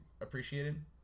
appreciated